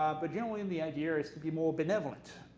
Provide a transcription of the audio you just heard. but generally and the idea is to be more benevolent,